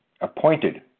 appointed